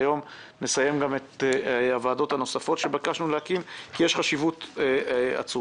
שהיום נסיים גם את הוועדות הנוספות שביקשנו להקים כי יש חשיבות עצומה.